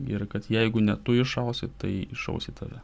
ir kad jeigu ne tu iššausi tai įšaus į tave